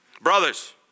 Brothers